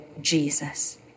Jesus